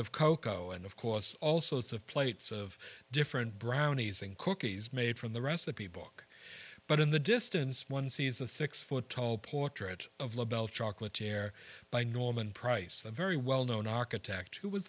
of cocoa and of course also it's of plates of different brownies and cookies made from the recipe book but in the distance one sees a six foot tall portrait of la belle chocolate chair by norman price a very well known architect who was